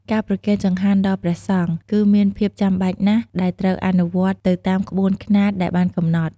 ការប្រគេនចង្ហាន់ដល់ព្រះសង្ឃគឺមានភាពចាំបាច់ណាស់ដែលត្រូវអនុវត្តន៍ទៅតាមក្បួនខ្នាតដែលបានកំណត់។